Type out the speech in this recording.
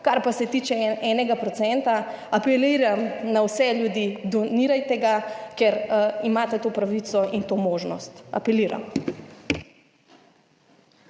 Kar pa se tiče 1 %, apeliram na vse ljudi, donirajte ga, ker imate to pravico in to možnost, apeliram.